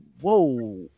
Whoa